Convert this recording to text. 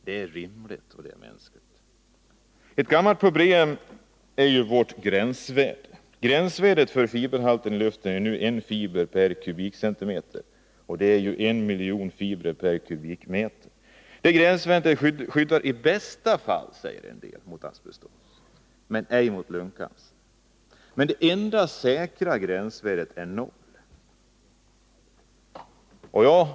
Det är rimligt och det är mänskligt. Ett gammalt problem är ju vårt gränsvärde. Gränsvärdet för fiberhalten i luften är nu 1 fiber per kubikcentimeter. Det gränsvärdet skyddar i bästa fall, säger en del, mot asbestos, men ej mot lungcancer. Det enda säkra gränsvärdet är emellertid 0.